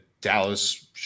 Dallas